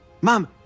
Mom